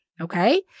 okay